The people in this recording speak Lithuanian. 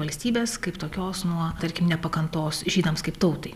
valstybės kaip tokios nuo tarkim nepakantos žydams kaip tautai